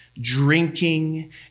drinking